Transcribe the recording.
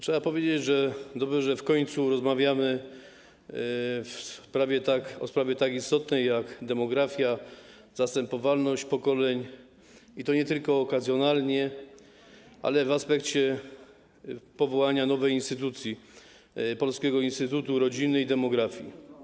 Trzeba powiedzieć, że to dobrze, że w końcu rozmawiamy o sprawie tak istotnej jak demografia, zastępowalność pokoleń, i to nie tylko okazjonalnie, ale w aspekcie powołania nowej instytucji - Polskiego Instytutu Rodziny i Demografii.